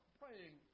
praying